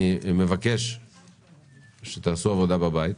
אני מבקש שתעשו עבודה בבית,